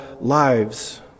lives